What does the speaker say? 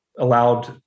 allowed